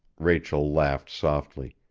rachel laughed softly.